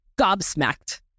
gobsmacked